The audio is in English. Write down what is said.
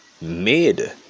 made